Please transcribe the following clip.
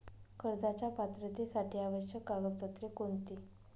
कर्जाच्या पात्रतेसाठी आवश्यक कागदपत्रे कोणती?